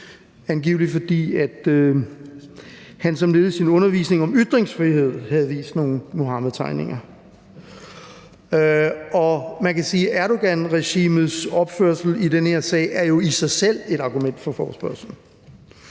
begået, fordi han som led i sin undervisning om ytringsfrihed havde vist nogle Muhammedtegninger. Og man kan sige, at Erdoganregimets opførsel i den her sag jo i sig selv er et argument for forespørgslen.